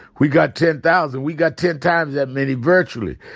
we got ten thousand. we got ten times that many virtually.